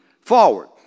forward